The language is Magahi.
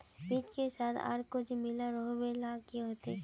बीज के साथ आर कुछ मिला रोहबे ला होते की?